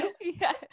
Yes